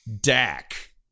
Dak